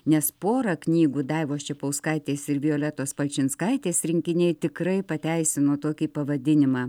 nes porą knygų daivos čepauskaitės ir violetos palčinskaitės rinkiniai tikrai pateisino tokį pavadinimą